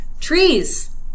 Trees